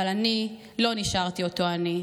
אבל אני לא נשארתי אותו אני.